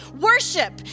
worship